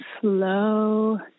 slow